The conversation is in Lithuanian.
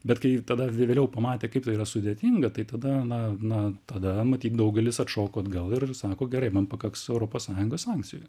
bet kai ji tada vė vėliau pamatė kaip tai yra sudėtinga tai tada na na tada matyt daugelis atšoko atgal ir ir sako gerai man pakaks europos sąjungos sankcijų